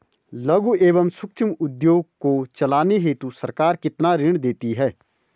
लघु एवं सूक्ष्म उद्योग को चलाने हेतु सरकार कितना ऋण देती है?